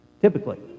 Typically